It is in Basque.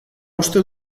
uste